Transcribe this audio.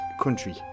country